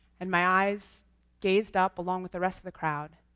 and my eyes gazed up, along with the rest of the crowd,